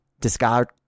discard